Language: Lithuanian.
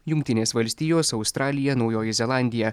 jungtinės valstijos australija naujoji zelandija